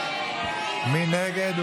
מי נגד?